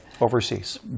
Overseas